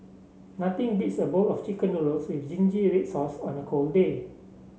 nothing beats a bowl of chicken noodles with zingy red sauce on a cold day